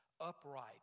upright